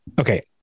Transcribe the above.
okay